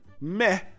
meh